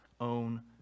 own